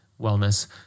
Wellness